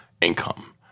income